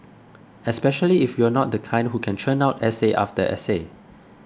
especially if you're not the kind who can churn out essay after essay